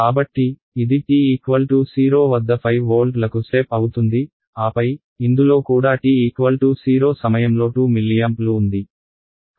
కాబట్టి ఇది t0 వద్ద 5 వోల్ట్లకు స్టెప్ అవుతుంది ఆపై ఇందులో కూడా t0 సమయంలో 2 మిల్లియాంప్లు ఉంది